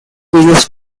business